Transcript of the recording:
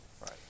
Right